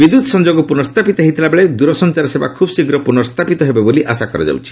ବିଦ୍ୟୁତ୍ ସଂଯୋଗ ପୁନସ୍ଥାପିତ ହୋଇଥିଲାବେଳେ ଦୂରସଞ୍ଚାର ସେବା ଖୁବ୍ ଶୀଘ୍ର ପୁନର୍ସ୍ଛାପିତ ହେବ ବୋଲି ଆଶା କରାଯାଉଛି